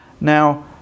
Now